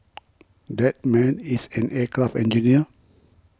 that man is an aircraft engineer